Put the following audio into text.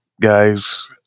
guys